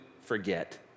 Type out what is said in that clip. forget